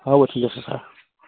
হ'ব ঠিক আছে ছাৰ